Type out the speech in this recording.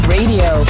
Radio